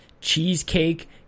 Cheesecake